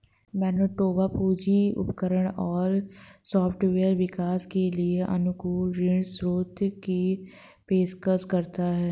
Manitoba पूंजी उपकरण और सॉफ्टवेयर विकास के लिए अनुकूल ऋण शर्तों की पेशकश करता है